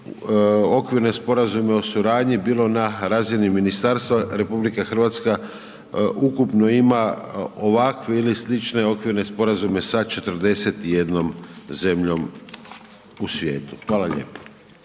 okvirne sporazume o suradnji, bilo na razini ministarstva RH, ukupno ima ovakve ili slične Okvirne sporazume sa 41 zemljom u svijetu. Hvala lijepo.